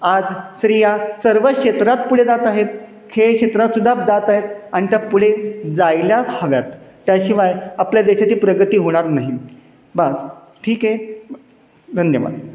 आज स्त्रिया सर्व क्षेत्रात पुढे जात आहेत खेळक्षेत्रातसुद्धा जात आहेत आणि त्या पुढे जायलाच हव्यात त्याशिवाय आपल्या देशाची प्रगती होणार नाही बास ठीक आहे धन्यवाद